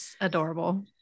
adorable